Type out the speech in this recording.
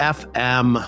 fm